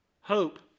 Hope